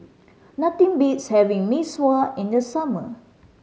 nothing beats having Mee Sua in the summer